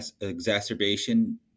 exacerbation